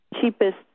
cheapest